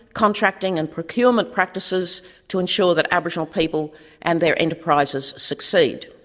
contracting and procurement practices to ensure that aboriginal people and their enterprises succeed.